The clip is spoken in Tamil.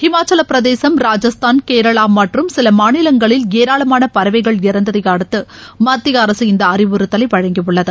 இமாச்சல பிரதேசம் ராஜஸ்தான் கேரளா மற்றம் சில மாநிலங்களில் ஏராளமான பறவைகள் இறந்ததை அடுத்து மத்திய அரசு இந்த அறிவுறுத்தலை வழங்கியுள்ளது